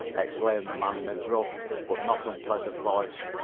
exclaimed the man in a gruff but not unpleasant voice.